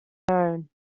known